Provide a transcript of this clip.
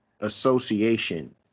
association